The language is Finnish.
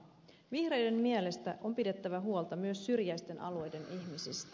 vihreiden mielestä on pidettävä huolta myös syrjäisten alueiden ihmisistä